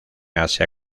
asia